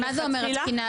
מה זה אומר התקינה,